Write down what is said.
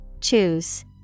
Choose